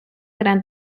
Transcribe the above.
gran